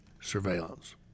surveillance